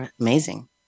amazing